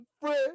friend